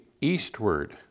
eastward